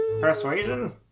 Persuasion